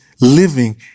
living